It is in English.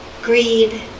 Greed